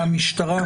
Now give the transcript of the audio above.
המשטרה